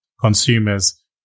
consumers